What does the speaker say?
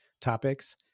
topics